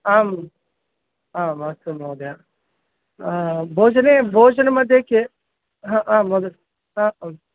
आम् आम् अस्तु महोदय भोजने भोजनमध्ये के आम् महोदय ह आं